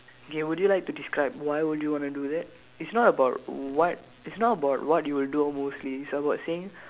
okay would you like to describe why would you want to do that it's not about what it's not about what you would do on most days it's about saying